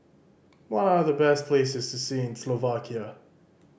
what are the best places to see in Slovakia